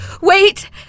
Wait